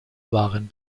waren